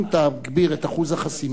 אם תגדיל את אחוז החסימה